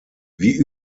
wie